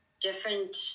different